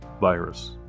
virus